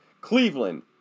Cleveland